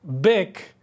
big